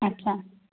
अच्छा